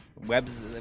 Webs